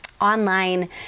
online